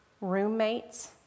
roommates